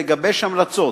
לגבש המלצות